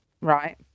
right